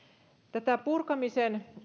tätä purkamisen